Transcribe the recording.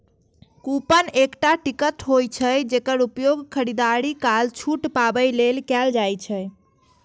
coupon एकटा ticket होइ छै, जेकर उपयोग खरीदारी काल छूट पाबै लेल कैल जाइ छै